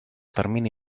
termini